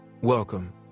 welcome